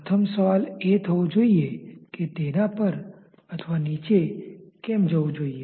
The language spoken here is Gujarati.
પ્રથમ સવાલ એ થવો જોઈએ કે તે ઉપર અથવા નીચે કેમ જવુ જોઈએ